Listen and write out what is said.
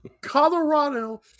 Colorado